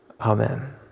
Amen